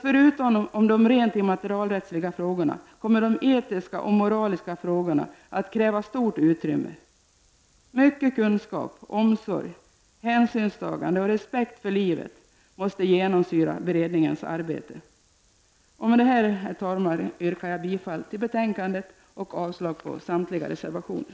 Förutom de rent immaterialrättsliga frågorna kommer de etiska och moraliska frågorna att kräva stort utrymme, Mycken kunskap, omsorg, hänsynstagande och respekt för livet måste genomsyra beredningens arbete. Med detta, herr talman, yrkar jag bifall till utskottets hemställan och avslag på samtliga reservationer.